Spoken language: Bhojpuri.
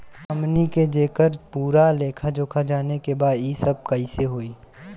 हमनी के जेकर पूरा लेखा जोखा जाने के बा की ई सब कैसे होला?